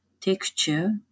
texture